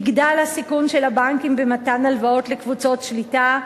יגדל הסיכון של הבנקים במתן הלוואות לקבוצות שליטה,